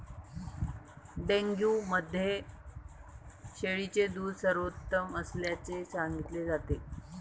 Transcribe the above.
dengue मध्ये शेळीचे दूध सर्वोत्तम असल्याचे सांगितले जाते